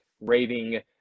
raving